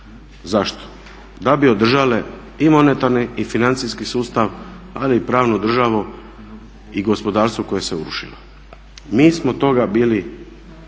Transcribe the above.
Zašto? Da bi održale i monetarni i financijski sustav, ali i pravnu državu i gospodarstvo koje se urušilo. Mi smo toga bili